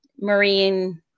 marine